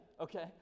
okay